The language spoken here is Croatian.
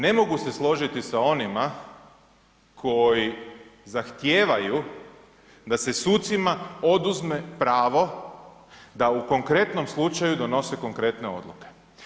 Ne mogu se složiti sa onima koji zahtijevaju da se sucima oduzme pravo da u konkretnom slučaju donose konkretne odluke.